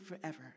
forever